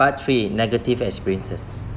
part three negative experiences